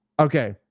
Okay